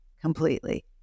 completely